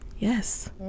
Yes